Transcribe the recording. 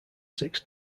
six